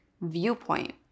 viewpoint